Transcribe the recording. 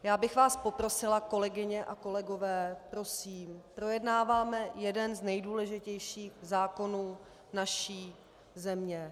Já bych vás poprosila, kolegyně a kolegové, prosím, projednáváme jeden z nejdůležitějších zákonů naší země...